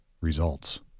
results